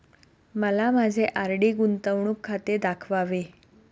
मला माझे आर.डी गुंतवणूक खाते दाखवावे